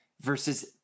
versus